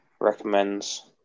Recommends